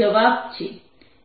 2×10 7Nm2